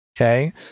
Okay